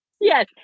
yes